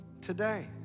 today